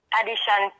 addition